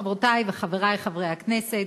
חברותי וחברי חברי הכנסת,